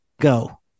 go